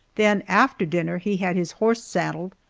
then after dinner he had his horse saddled,